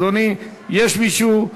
אדוני, יש מישהו?